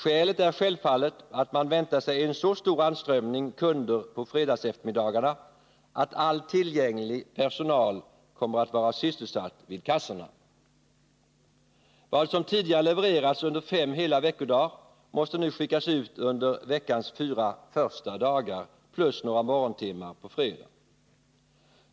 Skälet är självfallet att man väntar sig en så stor anströmning av kunder på fredagseftermiddagarna att all tillgänglig personal kommer att vara sysselsatt vid kassorna. Vad som tidigare levererats under fem hela veckodagar måste nu skickas ut under veckans fyra första dagar plus under några morgontimmar på fredagar.